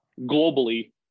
globally